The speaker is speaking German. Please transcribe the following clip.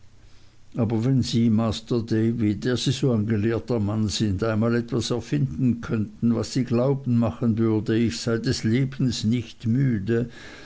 aber wenn sie masr davy der sie so ein gelehrter mann sind einmal etwas erfinden könnten was sie glauben machen würde ich sei des lebens nicht müde